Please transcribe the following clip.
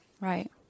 Right